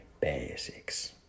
basics